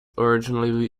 originally